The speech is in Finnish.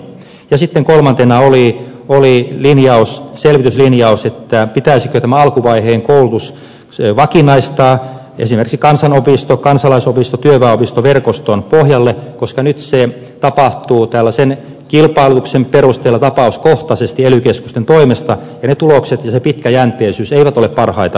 ja kolmantena oli selvitys linjaus että pitäisikö tämä alkuvaiheen koulutus vakinaistaa esimerkiksi kansanopisto kansalaisopisto työväenopistoverkoston pohjalle koska nyt se tapahtuu kilpailutuksen perusteella tapauskohtaisesti ely keskusten toimesta ja tulokset ja pitkäjänteisyys eivät ole parhaita mahdollisia